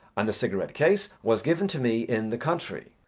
and the cigarette case was given to me in the country.